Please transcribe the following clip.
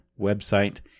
website